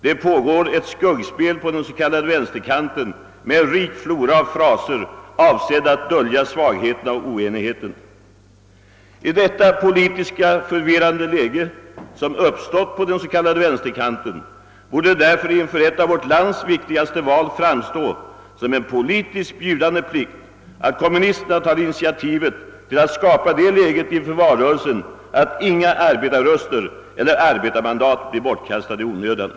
Det pågår ett skuggspel på den s.k. vänsterkanten med en rik flora av fraser, avsedda att dölja svagheterna och oenigheten. I det politiskt förvirrande läge, som uppstått på den s.k. vänsterkanten, borde det inför ett av vårt lands viktigaste val framstå som en politiskt bjudande plikt att kommunisterna tar initiativet till att skapa det läget inför valrörelsen att inga arbetarröster eller arbetarmandat blir bortkastade i onödan.